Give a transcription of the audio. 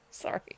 sorry